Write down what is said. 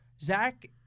Zach